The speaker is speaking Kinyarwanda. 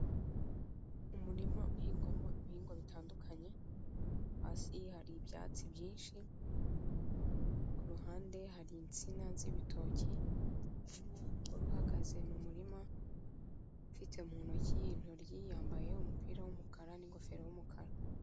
Umurima uhingwamo ibihingwa bitandukanye, hasi hari ibyatsi byinshi, ku ruhande hari insina z'ibitoki, umugore uhagaze mu murima ufite mu ntoki intoryi yambaye umupira w'umukara n'ingofero y'umukara.